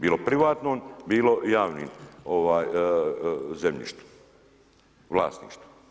Bilo privatnom, bilo javnim zemljištem, vlasništvu.